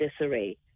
disarray